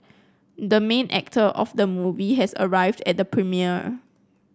the main actor of the movie has arrived at the premiere